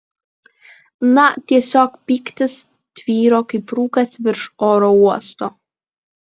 na tiesiog pyktis tvyro kaip rūkas virš oro uosto